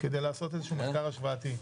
כדי לעשות איזשהו מחקר השוואתי.